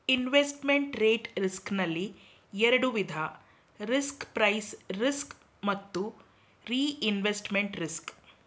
investment rate risk ನಲ್ಲಿ ಎರಡು ವಿಧ ರಿಸ್ಕ್ ಪ್ರೈಸ್ ರಿಸ್ಕ್ ಮತ್ತು ರಿಇನ್ವೆಸ್ಟ್ಮೆಂಟ್ ರಿಸ್ಕ್